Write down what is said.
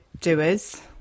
doers